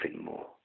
more